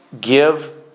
give